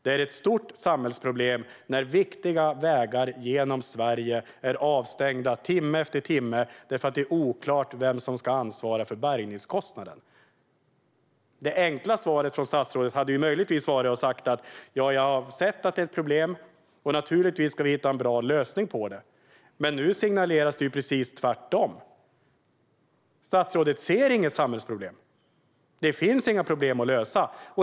Det är ett stort samhällsproblem när viktiga vägar genom Sverige är avstängda timme efter timme därför att det är oklart vem som ska ansvara för bärgningskostnaden. Det enkla svaret från statsrådet hade möjligtvis varit att säga: Jag har sett att detta är ett problem, och naturligtvis ska vi hitta en bra lösning på det. Men nu signaleras ju det precis motsatta: Statsrådet ser inget samhällsproblem, och det finns inga problem att lösa.